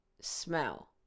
Smell